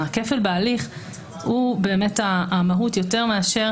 הכפל בהליך הוא באמת המהות יותר מאשר